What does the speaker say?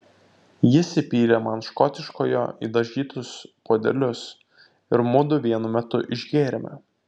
jis įpylė man škotiškojo į dažytus puodelius ir mudu vienu metu išgėrėme